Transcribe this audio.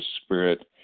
Spirit